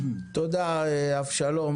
תודה אבשלום.